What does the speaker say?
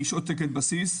משעות תקן בסיס,